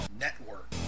Network